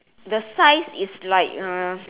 the size is like mm